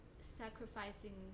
sacrificing